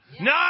No